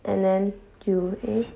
and then you eh